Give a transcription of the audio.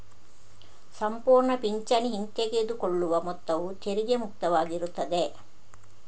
ಸಂಪೂರ್ಣ ಪಿಂಚಣಿ ಹಿಂತೆಗೆದುಕೊಳ್ಳುವ ಮೊತ್ತವು ತೆರಿಗೆ ಮುಕ್ತವಾಗಿರುತ್ತದೆ